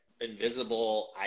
invisible